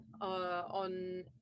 on